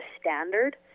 standard